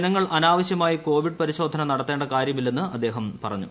ജനങ്ങൾ അനാവശ്യമായി കോവിഡ് പരിശോധന നടത്തേണ്ട കാര്യമില്ലെന്ന് അദ്ദേഹം പറഞ്ഞു